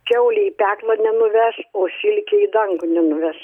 kiaulė į peklą nenuveš o silkę į dangų nenuveš